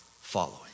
following